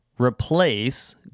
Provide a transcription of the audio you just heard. replace